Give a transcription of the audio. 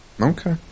Okay